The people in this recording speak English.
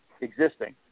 existing